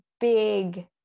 big